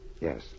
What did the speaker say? Yes